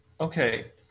okay